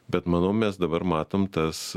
bet manau mes dabar matom tas